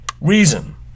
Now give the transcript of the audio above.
reason